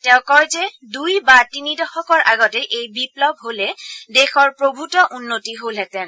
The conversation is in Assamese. তেওঁ কয় যে দূই বা তিনি দশকৰ আগতে এই বিপ্লৱ হলে দেশৰ প্ৰভূত উন্নতি হ'লহেঁতেন